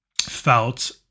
felt